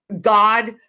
God